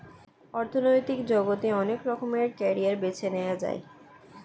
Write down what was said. অর্থনৈতিক জগতে অনেক রকমের ক্যারিয়ার বেছে নেয়া যায়